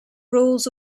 rules